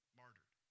martyred